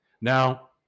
now